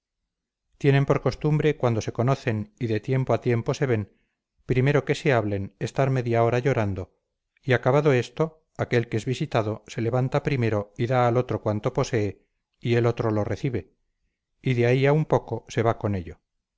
tienen por costumbre cuando se conocen y de tiempo a tiempo se ven primero que se hablen estar media hora llorando y acabado esto aquel que es visitado se levanta primero y da al otro cuanto posee y el otro lo recibe y de ahí a un poco se va con ello